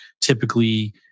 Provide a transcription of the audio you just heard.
typically